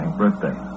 birthday